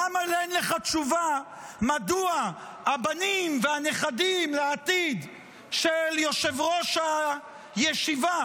למה אין לך תשובה מדוע הבנים והנכדים לעתיד של יושב-ראש הישיבה,